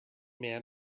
man